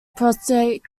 prostate